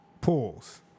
pools